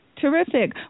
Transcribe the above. Terrific